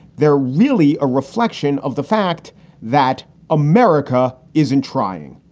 they're really a reflection of the fact that america isn't trying.